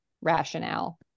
rationale